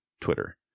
Twitter